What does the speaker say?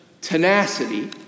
tenacity